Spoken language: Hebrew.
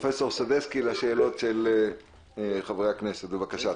פרופ' סדצקי, לשאלות של חברי הכנסת, בבקשה.